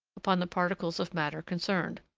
upon the particles of matter concerned.